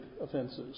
offenses